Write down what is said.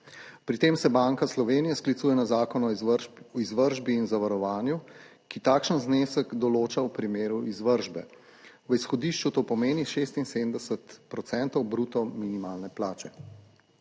Pri tem se Banka Slovenije sklicuje na Zakon o izvršbi in zavarovanju, ki takšen znesek določa v primeru izvršbe. V izhodišču to pomeni 76 % bruto minimalne plače.